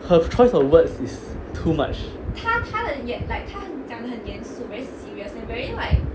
her choice of words is too much